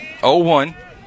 0-1